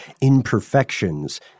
imperfections